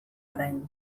orain